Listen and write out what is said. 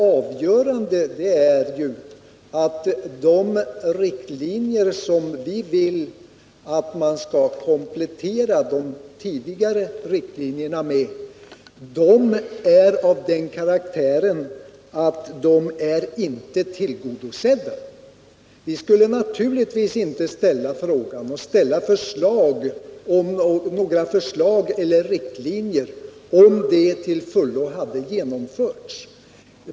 Avgörande är att de riktlinjer som vi vill att man skall komplettera de tidigare med är av den karaktären att de inte är tillgodosedda. Vi skulle naturligtvis inte väcka förslag angående riktlinjer om de redan till fullo hade blivit tillgodosedda.